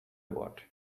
what